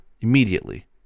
immediately